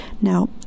now